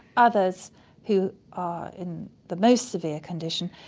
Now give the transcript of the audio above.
others who are in the most severe condition,